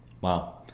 wow